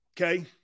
Okay